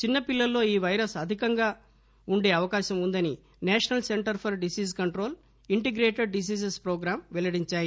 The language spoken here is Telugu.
చిన్న పిల్లల్లో ఈ పైరస్ అధికంగా బాధించే అవకాశముందని national centre for disease control integrated diseases programme వెల్లడించాయి